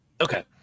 Okay